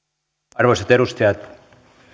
arvoisat edustajat